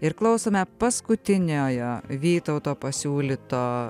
ir klausome paskutiniojo vytauto pasiūlyto